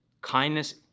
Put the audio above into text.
Kindness